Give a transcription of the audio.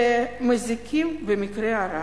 וכמזיקים במקרה הרע.